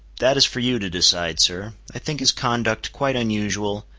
that is for you to decide, sir. i think his conduct quite unusual,